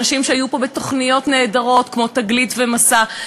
אנשים שהיו פה בתוכניות נהדרות כמו "תגלית" ו"מסע",